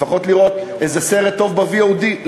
לפחות לראות איזה סרט טוב ב-VOD,